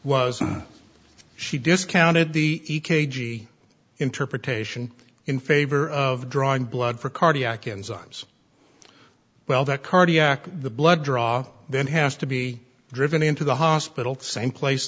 was she discounted the e k g interpretation in favor of drawing blood for cardiac enzymes well that cardiac the blood draw then has to be driven into the hospital same place